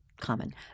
common